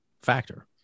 factor